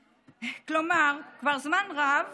כלומר, כבר זמן רב